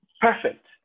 Perfect